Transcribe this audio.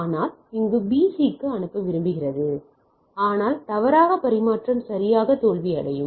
ஆனால் இங்கே B C க்கு அனுப்ப விரும்புகிறது ஆனால் தவறாக பரிமாற்றம் சரியாக தோல்வியடையும்